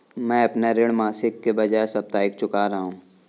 मैं अपना ऋण मासिक के बजाय साप्ताहिक चुका रहा हूँ